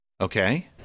Okay